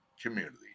community